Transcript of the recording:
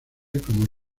como